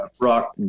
rock